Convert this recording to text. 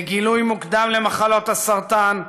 לגילוי מוקדם של מחלות הסרטן,